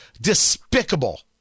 Despicable